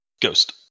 Ghost